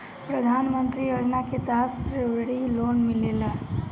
प्रधान मंत्री योजना के तहत सब्सिडी लोन मिलेला